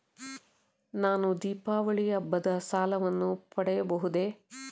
ನಾನು ದೀಪಾವಳಿ ಹಬ್ಬದ ಸಾಲವನ್ನು ಪಡೆಯಬಹುದೇ?